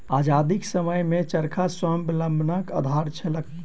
आजादीक समयमे चरखा स्वावलंबनक आधार छलैक